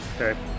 Okay